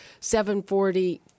740